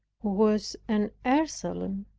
who was an ursuline,